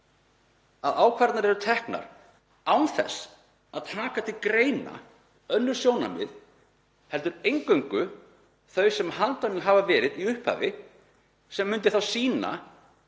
að ákvarðanir eru teknar án þess að taka til greina önnur sjónarmið en eingöngu þau sem handvalin hafa verið í upphafi, sem myndi þá sýna